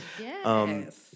Yes